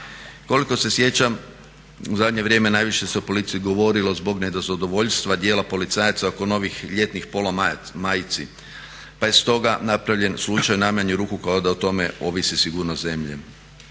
Koliko se sjećam u zadnje vrijeme najviše se o policiji govorilo zbog nezadovoljstva djela policajaca oko novih ljetnih polo majici pa je stoga napravljen slučaj u najmanju ruku kao da o tome ovisi sigurnost zemlje.